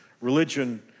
religion